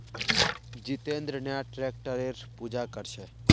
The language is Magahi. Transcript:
जितेंद्र नया ट्रैक्टरेर पूजा कर छ